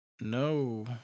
no